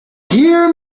hear